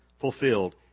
fulfilled